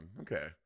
Okay